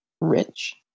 rich